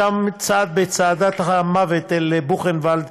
משם צעד בצעדת המוות אל בוכנוולד,